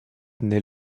nait